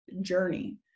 journey